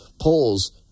polls